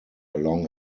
along